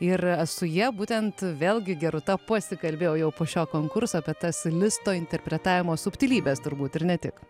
ir su ja būtent vėlgi geruta pasikalbėjo jau po šio konkurso apie tas listo interpretavimo subtilybes turbūt ir ne tik